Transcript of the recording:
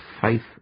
faith